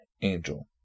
angel